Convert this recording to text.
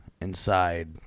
inside